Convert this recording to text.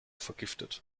vergiftet